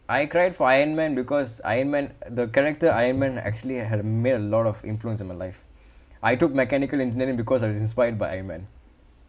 I cried for ironman because ironman the character ironman actually I had a made a lot of influence in my life I took mechanical engineering because I was inspired by ironman